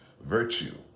virtue